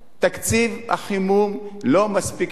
תקציב החימום לא מספיק לנו.